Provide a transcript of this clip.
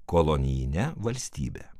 kolonijine valstybe